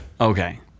Okay